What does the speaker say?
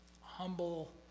humble